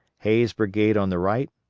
hays' brigade on the right,